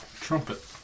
Trumpet